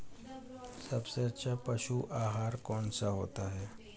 सबसे अच्छा पशु आहार कौन सा होता है?